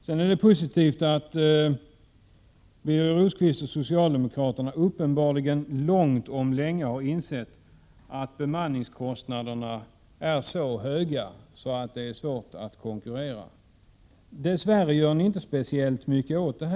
Det är positivt att Birger Rosqvist och socialdemokraterna uppenbarligen, långt om länge, har insett att bemanningskostnaderna är så höga att det är svårt att konkurrera. Dess värre gör ni inte speciellt mycket åt det.